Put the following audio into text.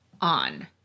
on